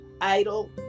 idol